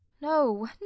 no